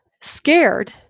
scared